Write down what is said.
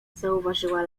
zauważyła